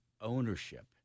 ownership